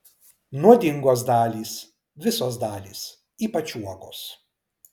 nuodingos dalys visos dalys ypač uogos